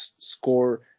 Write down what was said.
score